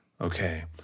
Okay